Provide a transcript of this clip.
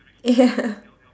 ya